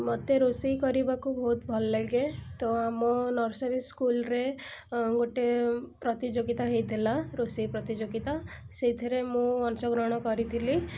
ମୋତେ ରୋଷେଇ କରିବାକୁ ବହୁତ ଭଲ ଲାଗେ ତ ଆମ ନର୍ସରୀ ସ୍କୁଲ୍ରେ ଗୋଟେ ପ୍ରତିଯୋଗିତା ହେଇଥିଲା ରୋଷେଇ ପ୍ରତିଯୋଗିତା ସେଇଥିରେ ମୁଁ ଅଂଶଗ୍ରହଣ କରିଥିଲି